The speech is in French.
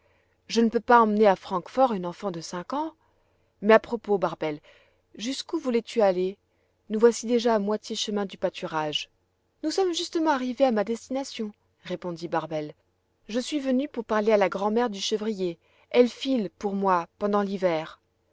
je ne peux pourtant pas emmener à francfort une enfant de cinq ans mais à propos barbel jusqu'où voulais-tu aller nous voici déjà à moitié chemin du pâturage nous sommes justement arrivées à ma destination répondit barbel je suis venue pour parler à la grand'mère du chevrier elle file pour moi pendant l'hiver